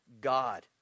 God